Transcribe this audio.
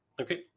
okay